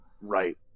Right